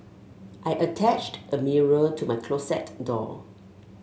I attached a mirror to my closet door